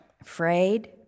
Afraid